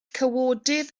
cawodydd